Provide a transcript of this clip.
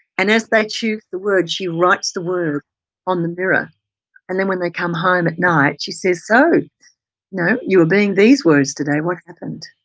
and as they choose the word, she writes the word on the mirror and then when they come home at night she says, so you know you were being these words today, what happened?